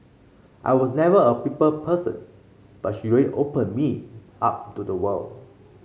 I was never a people person but she really opened me up to the world